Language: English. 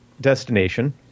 destination